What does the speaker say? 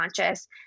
conscious